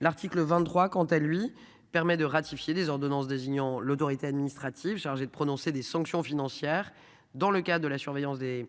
L'article 23, quant à lui permet de ratifier des ordonnances désignant l'autorité administrative chargée de prononcer des sanctions financières dans le cas de la surveillance des